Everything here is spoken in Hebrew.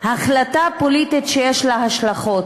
החלטה פוליטית שיש לה השלכות.